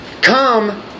Come